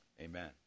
amen